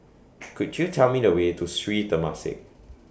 Could YOU Tell Me The Way to Sri Temasek